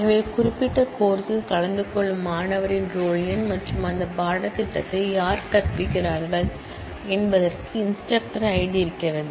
எனவே குறிப்பிட்ட கோர்ஸ் ல் கலந்து கொள்ளும் மாணவரின் ரோல் எண் மற்றும் அந்த பாடத்திட்டத்தை யார் கற்பிக்கிறார்கள் என்பதற்கு இன்ஸ்டிரக்டர் ID இருக்கிறது